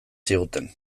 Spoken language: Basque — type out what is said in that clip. ziguten